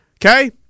Okay